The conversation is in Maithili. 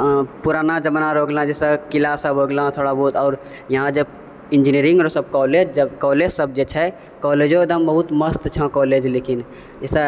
पुराना जमाना रऽ हो गेलौ जैसे किला सब हो गेलौ थोड़ा बहुत आओर यहाँ जब इंजिनीरिंग कॉलेज सब कॉलेज सब जे छै कॉलेजो एकदम बहुत मस्त छै कॉलेज लेकिन जैसे